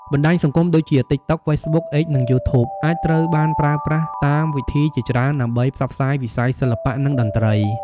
បណ្ដាញសង្គមដូចជា តិកតុក, ហ្វេសបុក, អុិច និង យូធូប អាចត្រូវបានប្រើប្រាស់តាមវិធីជាច្រើនដើម្បីផ្សព្វផ្សាយវិស័យសិល្បៈ និងតន្ត្រី។